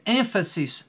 emphasis